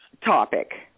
topic